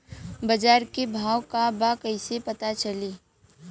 बाजार के भाव का बा कईसे पता चली?